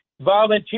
volunteer